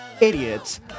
idiots